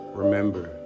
remember